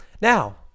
Now